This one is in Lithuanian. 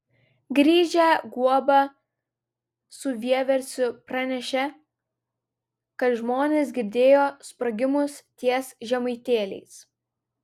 grįžę guoba su vieversiu pranešė kad žmonės girdėjo sprogimus ties žemaitėliais